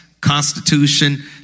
constitution